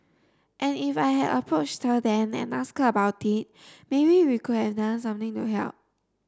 and if I had approached then and ask about it maybe we could have done something to help